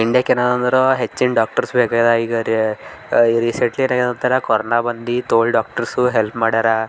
ಇಂಡಿಯಾಕ ಏನು ಅಂದರೆ ಹೆಚ್ಚಿನ ಡಾಕ್ಟರ್ಸ್ ಬೇಕಾಗಿದೆ ಈಗ ರೀ ಈಗ ರೀಸೆಂಟ್ಲಿ ಏನಾಗಿದೆ ಅಂತಾರೆ ಕೊರೋನಾ ಬಂದು ತೋಲ್ ಡಾಕ್ಟರ್ಸು ಹೆಲ್ಪ್ ಮಾಡ್ಯಾರ